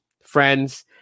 friends